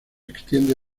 extiende